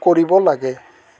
কৰিব লাগে